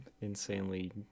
insanely